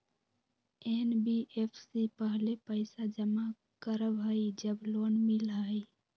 NBFC पहले पईसा जमा करवहई जब लोन मिलहई?